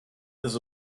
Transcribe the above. this